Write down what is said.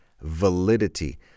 validity